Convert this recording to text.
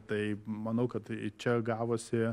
tai manau kad tai čia gavosi